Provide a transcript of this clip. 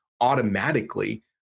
automatically